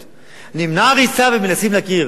נמנעה הריסה ומנסים להכיר ביישוב.